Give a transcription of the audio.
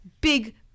big